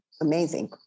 amazing